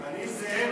אני זאב,